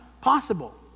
possible